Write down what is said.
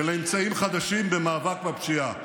ולאמצעים חדשים במאבק בפשיעה.